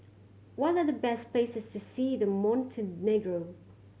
what the the best places to see in Montenegro